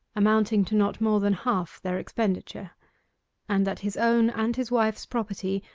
amounting to not more than half their expenditure and that his own and his wife's property,